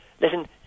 Listen